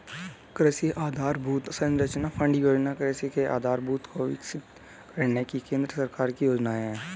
कृषि आधरभूत संरचना फण्ड योजना कृषि के आधारभूत को विकसित करने की केंद्र सरकार की योजना है